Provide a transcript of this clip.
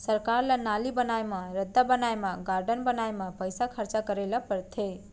सरकार ल नाली बनाए म, रद्दा बनाए म, गारडन बनाए म पइसा खरचा करे ल परथे